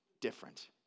different